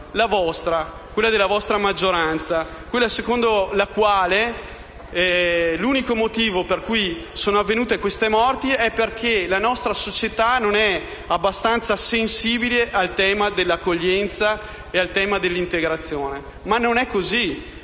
la vostra, quella della vostra maggioranza, quella secondo la quale l'unico motivo per cui sono avvenute le morti è perché la nostra società non è abbastanza sensibile al tema dell'accoglienza e dell'integrazione. Ma non è così.